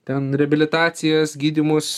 ten reabilitacijas gydymus